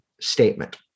statement